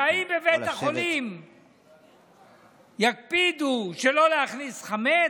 זה אם בבית החולים יקפידו שלא להכניס חמץ,